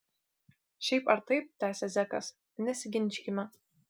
šiaip ar taip tęsė zekas nesiginčykime